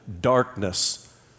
darkness